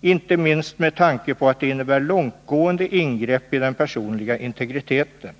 inte minst med tanke på att det innebär långtgående ingrepp i den personliga integriteten.